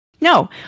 no